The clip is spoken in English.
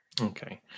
Okay